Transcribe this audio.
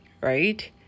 right